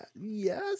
yes